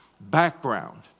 background